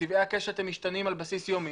כצבעי הקשת הם משתנים על בסיס יומי,